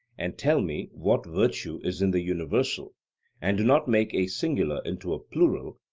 and tell me what virtue is in the universal and do not make a singular into a plural,